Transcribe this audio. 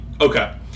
Okay